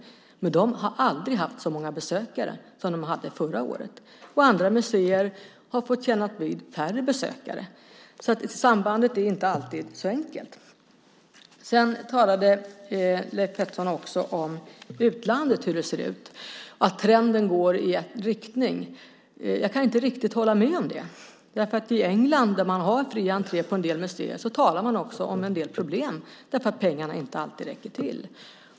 Men museet har aldrig haft så många besökare som förra året. Andra museer har fått kännas vid färre besökare. Sambandet är inte alltid så enkelt. Leif Pettersson talade också om hur det ser ut i utlandet, att trenden går i rätt riktning. Jag kan inte riktigt hålla med om det. I England, där det är fri entré på en del museer, talar man också om en del problem därför att pengarna inte alltid räcker till.